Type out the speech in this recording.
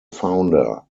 founder